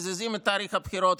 מזיזים את תאריך הבחירות,